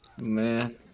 Man